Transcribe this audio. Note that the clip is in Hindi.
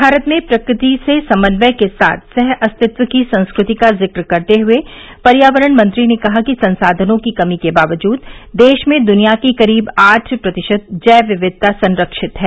भारत में प्रकृति से समन्वय के साथ सह अस्तित्व की संस्कृति का जिक्र करते हुए पर्यावरण मंत्री ने कहा कि संसाधनों की कमी के बावजूद देश में दुनिया की करीब आठ प्रतिशत जैव विविधता संरक्षित है